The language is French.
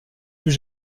plus